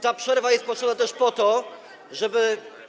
Ta przerwa jest potrzebna też po to, żeby.